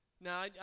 now